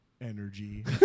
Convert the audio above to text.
Energy